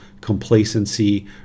complacency